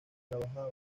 trabajaba